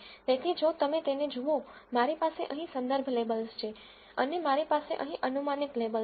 તેથી જો તમે તેને જુઓ મારી પાસે અહીં સંદર્ભ લેબલ્સ છે અને મારી પાસે અહીં અનુમાનિત લેબલ્સ છે